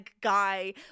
guy